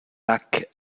lac